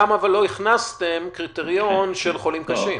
למה לא הכנסתם קריטריון של חולים קשים?